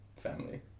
family